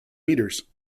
meters